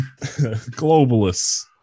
Globalists